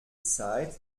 zeit